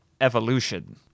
evolution